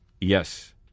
Yes